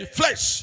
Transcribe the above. flesh